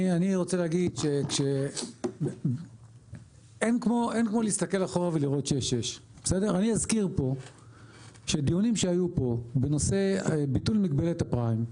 אני רוצה להגיד שאין כמו להסתכל אחורה ולראות 6:6. אני אזכיר שדיונים שהיו פה בנושא ביטול מגבלת הפריים,